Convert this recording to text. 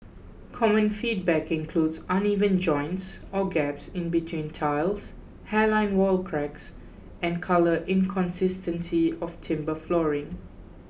common feedback includes uneven joints or gaps in between tiles hairline wall cracks and colour inconsistency of timber flooring